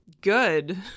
Good